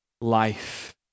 life